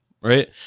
Right